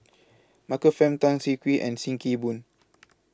Michael Fam Tan Siah Kwee and SIM Kee Boon